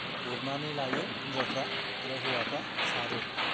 गुरनानै लायो हिन्जावफ्रा आरो हौवाफ्रा सारो